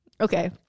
Okay